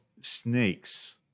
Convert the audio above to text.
snakes